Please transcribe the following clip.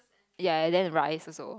ya and then rice also